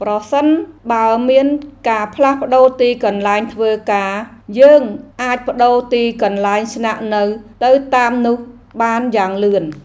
ប្រសិនបើមានការផ្លាស់ប្តូរកន្លែងធ្វើការ យើងអាចប្តូរទីកន្លែងស្នាក់នៅទៅតាមនោះបានយ៉ាងលឿន។